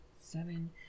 Seven